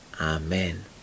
amen